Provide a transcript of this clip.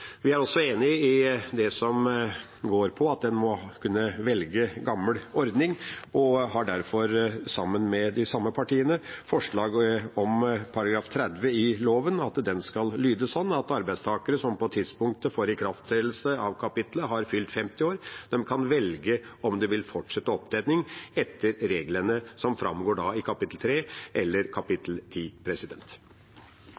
Vi er også enig i at en må kunne velge gammel ordning. Vi har derfor, sammen med de samme partiene, forslag om at § 30 i loven skal lyde: «Arbeidstakere som på tidspunktet for ikrafttredelse av kapitlet har fylt 50 år, kan velge om de vil fortsette opptjening etter reglene i kapittel III eller kapittel